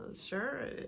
sure